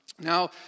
Now